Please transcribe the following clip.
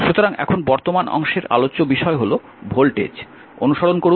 সুতরাং এখন বর্তমান অংশের আলোচ্য বিষয় হল ভোল্টেজ সময় 2743 অনুসরণ করুন